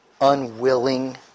unwilling